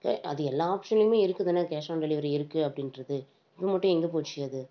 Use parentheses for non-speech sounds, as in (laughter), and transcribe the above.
(unintelligible) அது எல்லா ஆப்சன்லையும் இருக்குது தானே கேஸ் ஆன் டெலிவரி இருக்குது அப்படின்றது இப்போ மட்டும் எங்கே போச்சு அது